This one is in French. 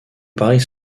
paris